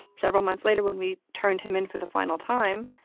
several months later when we turned him in for the final time,